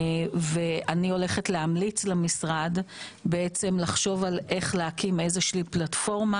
ואני הולכת להמליץ למשרד בעצם לחשוב על איך להקים איזושהי פלטפורמה